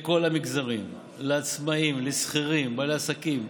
לכל המגזרים, לעצמאים, לשכירים, בעלי עסקים,